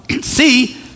see